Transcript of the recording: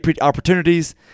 opportunities